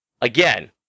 Again